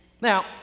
Now